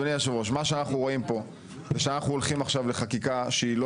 מה שאנחנו רואים פה זה שאנחנו הולכים עכשיו לחקיקה שהיא לא